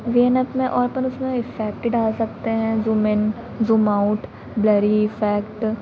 we N app में और अपन उसमें इफ़ेक्ट डाल सकते हैं zoom in zoom out blurry effect